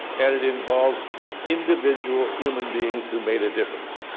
and it involves individual human beings who made a difference.